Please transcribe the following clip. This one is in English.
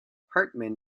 hartman